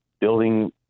building